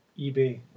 eBay